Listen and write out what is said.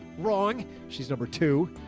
wrong. she's number two.